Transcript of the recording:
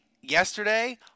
yesterday